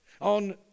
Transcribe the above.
On